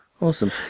Awesome